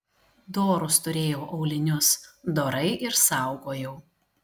dorus turėjau aulinius dorai ir saugojau